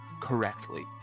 correctly